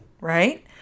right